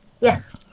yes